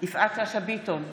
יפעת שאשא ביטון,